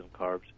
carbs